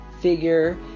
figure